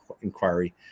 Inquiry